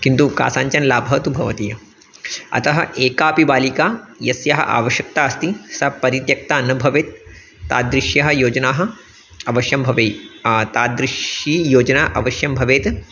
किन्तु कासाञ्चन लाभः तु भवति अतः एकापि बालिका यस्याः आवश्यक्ता अस्ति सा परित्यक्ता न भवेत् तादृश्यः योजनाः अवश्यं भवेयुः तादृशी योजना अवश्यं भवेत्